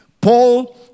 Paul